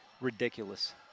ridiculous